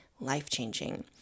life-changing